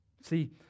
See